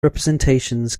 representations